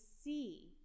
see